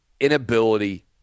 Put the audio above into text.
inability